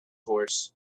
horse